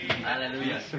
Hallelujah